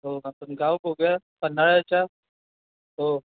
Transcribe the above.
हो मग आपण गाव बघू या पन्हाळ्याच्या हो